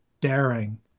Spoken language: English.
daring